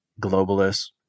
globalists